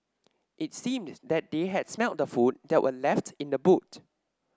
it seemed that they had smelt the food that were left in the boot